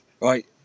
Right